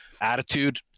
attitude